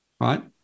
right